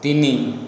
ତିନି